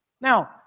Now